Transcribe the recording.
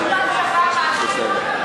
בסדר.